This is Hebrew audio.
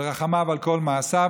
"ורחמיו על כל מעשיו",